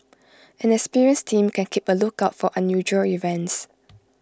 an experienced team can keep A lookout for unusual events